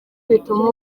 bituma